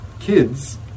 kids